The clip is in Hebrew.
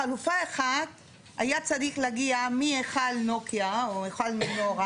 חלופה אחת היה צריך להגיע מהיכל נוקיה או היכל מנורה,